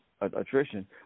attrition